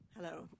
Hello